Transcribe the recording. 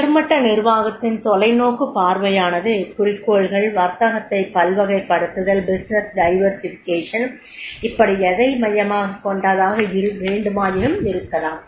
உயர்மட்ட நிர்வாகத்தின் தொலைநோக்குப் பார்வையானது குறிக்கோள்கள் வர்த்தகத்தைப்பல்வகைப்படுத்தல் இப்படி எதை மையமாகக் கொண்டதாக வேண்டுமாயினும் இருக்கலாம்